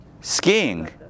Skiing